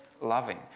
Loving